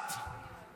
את.